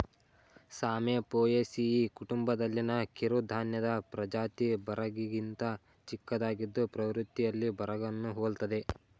ಸಾಮೆ ಪೋಯೇಸಿಯಿ ಕುಟುಂಬದಲ್ಲಿನ ಕಿರುಧಾನ್ಯದ ಪ್ರಜಾತಿ ಬರಗಿಗಿಂತ ಚಿಕ್ಕದಾಗಿದ್ದು ಪ್ರವೃತ್ತಿಯಲ್ಲಿ ಬರಗನ್ನು ಹೋಲ್ತದೆ